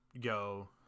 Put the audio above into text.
go